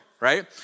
right